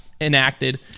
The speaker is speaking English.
enacted